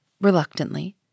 reluctantly